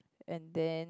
and then